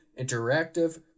Interactive